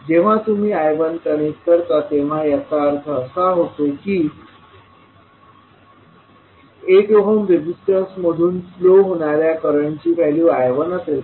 जेव्हा तुम्ही I1कनेक्ट करता तेव्हा याचा अर्थ असा होतो की 8 ओहम रेजिस्टन्स मधून फ्लो होणाऱ्या करंटची व्हॅल्यू I1असेल